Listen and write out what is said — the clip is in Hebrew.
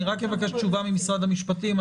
אני רק אבקש תשובה ממשרד המשפטים,